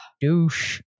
douche